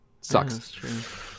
Sucks